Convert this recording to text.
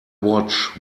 watch